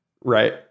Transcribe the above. right